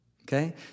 okay